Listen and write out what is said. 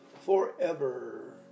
forever